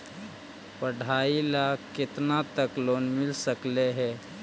पढाई ल केतना तक लोन मिल सकले हे?